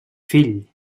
fill